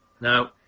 Now